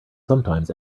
sometimes